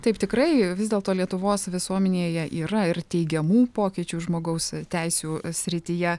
taip tikrai vis dėlto lietuvos visuomenėje yra ir teigiamų pokyčių žmogaus teisių srityje